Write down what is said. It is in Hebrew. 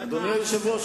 אדוני היושב-ראש,